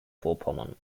vorpommern